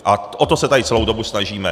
A o to se tady celou dobu snažíme.